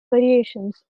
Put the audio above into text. variations